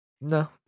No